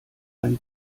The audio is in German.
ein